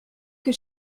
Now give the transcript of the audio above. que